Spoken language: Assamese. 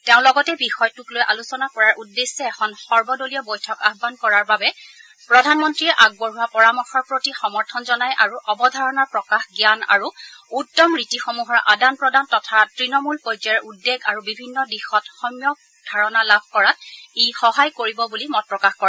তেওঁ লগতে বিষয়টোক লৈ আলোচনা কৰাৰ উদ্দেশ্যে এখন সৰ্বদলীয় বৈঠক আহান কৰাৰ বাবে প্ৰধানমন্ত্ৰীয়ে আগবঢ়োৱা পৰামৰ্শৰ প্ৰতি সমৰ্থন জনায় আৰু অৱধাৰণাৰ প্ৰকাশ জান আৰু উত্তম ৰীতিসমূহৰ আদান প্ৰদান তথা তণমূল পৰ্যায়ৰ উদ্বেগ আৰু বিভিন্ন দিশত সম্যক ধাৰণা লাভ কৰাত ই সহায় কৰিব বুলি মত প্ৰকাশ কৰে